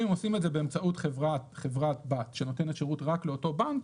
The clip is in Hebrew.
אם הם עושים את זה באמצעות חברת בת שנותנת שירות רק לאותו בנק,